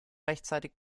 rechtzeitig